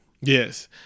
Yes